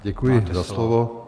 Děkuji za slovo.